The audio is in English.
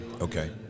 Okay